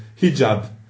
hijab